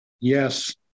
Yes